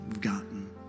gotten